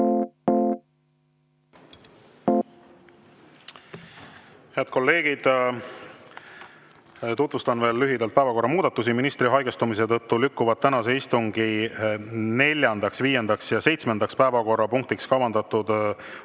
kolleegid, tutvustan veel lühidalt päevakorra muudatusi. Ministri haigestumise tõttu lükkuvad edasi tänase istungi neljandaks, viiendaks ja seitsmendaks päevakorrapunktiks kavandatud